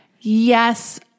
yes